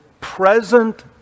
present